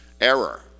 error